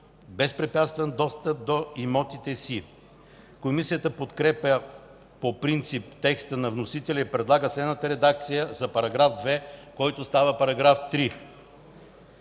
безпрепятствен достъп до имотите си.” Комисията подкрепя по принцип текста на вносителя и предлага следната редакция на § 2, който става § 3.